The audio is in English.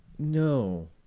No